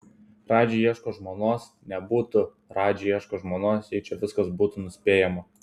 radži ieško žmonos nebūtų radži ieško žmonos jei čia viskas būtų nuspėjama